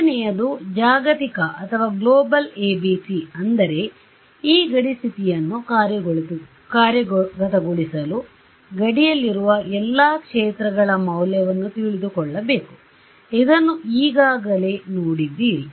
ಎರಡನೆಯದು ಜಾಗತಿಕ ABC ಅಂದರೆ ಈ ಗಡಿ ಸ್ಥಿತಿಯನ್ನು ಕಾರ್ಯಗತಗೊಳಿಸಲು ಗಡಿಯಲ್ಲಿರುವ ಎಲ್ಲಾ ಕ್ಷೇತ್ರಗಳ ಮೌಲ್ಯವನ್ನು ತಿಳಿದುಕೊಳ್ಳಬೇಕು ಇದನ್ನು ಈಗಾಗಲೇ ನೋಡಿದ್ದೀರಿ